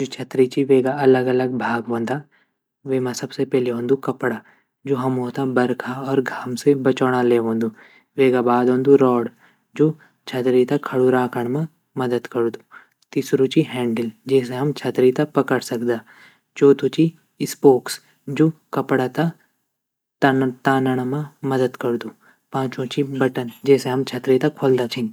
जू छतरी ची वेगा अलग अलग भाग वंदा वेमा सबसे पैली औंदु कपड़ा जू हमू त बरखा और घाम से बचौंणा ले वंदु वेगा बाद औंदु रॉड जू छतरी त खड़ू राखण म मदद करदू तीसरू ची हैंडल जैसे हम छतरी त पक्कड़ सकदा चौथू ची स्पोक्स जू कपड़ा त तानण म मदद करदू पाँचवु ची बटन जैसे हम छतरी त ख्वलदा छीन।